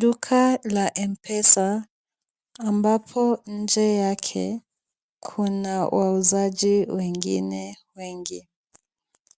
Duka la M-Pesa ambapo nje yake kuna wauzaji wengine wengi.